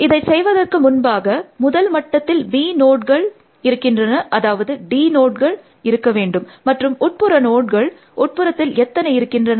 அதை செய்வதற்கு முன்பாக முதல் மட்டத்தில் b நோட்கள் இருக்கின்றன அதாவது d நோட்கள் இருக்க வேண்டும் மற்றும் உட்புற நோட்கள் உட்புறத்தில் எத்தனை இருக்கின்றன